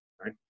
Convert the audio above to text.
right